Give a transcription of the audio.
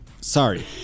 sorry